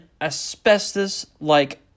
asbestos-like